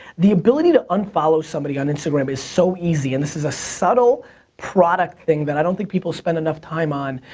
the ability to unfollow somebody on instagram is so easy, and this is a subtle product thing that i don't think people spend enough time on.